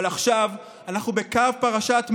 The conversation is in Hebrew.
אבל עכשיו אנחנו בקו פרשת מים,